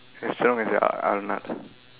as strong as Arnold